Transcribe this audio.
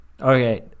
Okay